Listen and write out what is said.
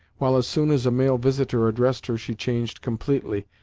while as soon as a male visitor addressed her she changed completely,